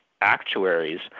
actuaries